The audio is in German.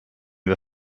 wir